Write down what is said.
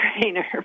trainer